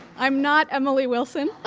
i'm not emily wilson.